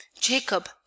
jacob